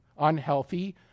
unhealthy